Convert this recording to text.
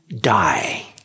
die